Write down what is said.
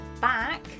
back